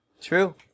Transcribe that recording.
True